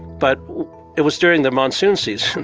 but it was during the monsoon season,